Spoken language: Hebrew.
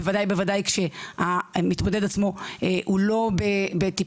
בוודאי ובוודאי שהמתמודד עצמו הוא לא בטיפול